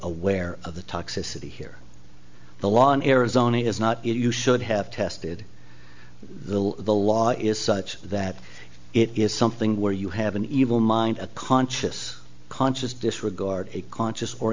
aware of the toxicity here the law in arizona is not it you should have tested the the law is such that it is something where you have an evil mind a conscious conscious disregard a conscious or